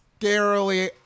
scarily